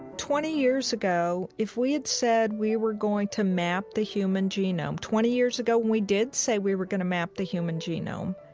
twenty years ago, if we had said we were going to map the human genome, twenty years ago when we did say we were going to map the human genome,